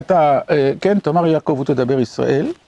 אתה, כן, תאמר יעקב ותדבר ישראל.